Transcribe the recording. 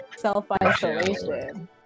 self-isolation